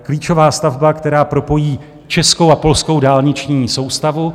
Klíčová stavba, která propojí českou a polskou dálniční soustavu.